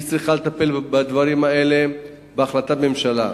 והיא צריכה לטפל בדברים האלה בהחלטת ממשלה.